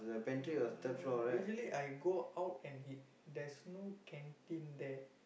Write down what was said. uh usually I go out and eat there's no canteen there